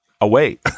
away